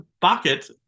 bucket